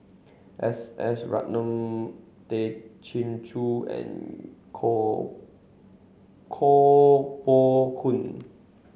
S S Ratnam Tay Chin Joo and Koh Koh Poh Koon